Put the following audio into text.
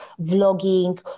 vlogging